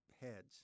heads